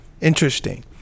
Interesting